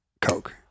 Coke